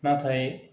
नाथाय